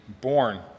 born